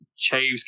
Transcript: Chaves